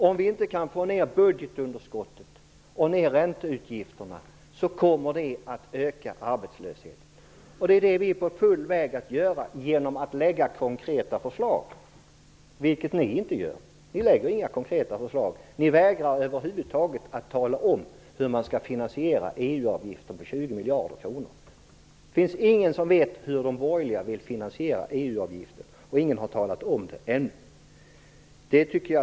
Om vi inte kan få ned budgetunderskottet och ränteutgifterna, kommer arbetslösheten att öka. Vi är också i full färd med att göra detta genom att lägga fram konkreta förslag, något som ni inte gör. Ni lägger inte fram några konkreta förslag. Ni vägrar över huvud taget att tala om hur man skall finansiera EU-avgiften om 20 miljarder kronor. Ingen vet hur de borgerliga vill finansiera EU-avgiften. Jag tycker att ni skall tala om hur ni vill göra det.